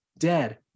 Dead